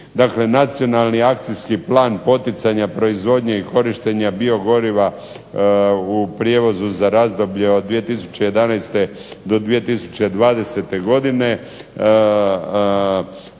Dakle, Nacionalni akcijski plan poticanja proizvodnje i korištenja biogoriva u prijevozu za razdoblje od 2011. do 2020. godine